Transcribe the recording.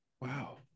Wow